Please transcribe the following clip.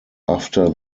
after